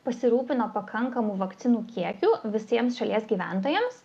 pasirūpino pakankamu vakcinų kiekiu visiems šalies gyventojams